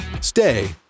stay